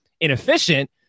inefficient